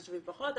חשובים פחות,